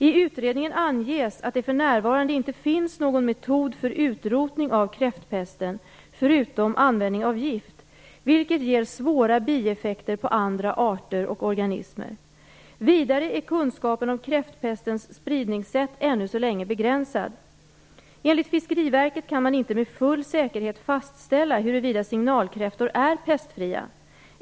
I utredningen anges att det för närvarande inte finns någon metod för utrotning av kräftpesten förutom användning av gift, vilket ger svåra bieffekter på andra arter och organismer. Vidare är kunskapen om kräftpestens spridningssätt än så länge begränsad. Enligt Fiskeriverket kan man inte med full säkerhet fastställa huruvida signalkräftor är pestfria.